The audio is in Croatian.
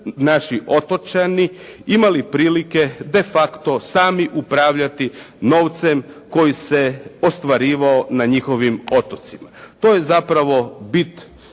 naši otočani imali prilike de facto sami upravljati novcem koji se ostvarivao na njihovim otocima. To je zapravo bit